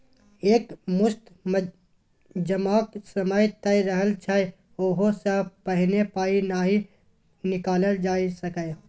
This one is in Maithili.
एक मुस्त जमाक समय तय रहय छै ओहि सँ पहिने पाइ नहि निकालल जा सकैए